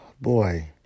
Boy